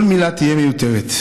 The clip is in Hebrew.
כל מילה תהיה מיותרת,